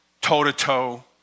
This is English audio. toe-to-toe